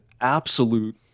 absolute